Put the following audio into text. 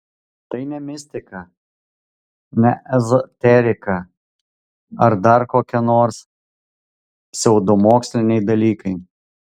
tai ne mistika ne ezoterika ar dar kokie nors pseudomoksliniai dalykai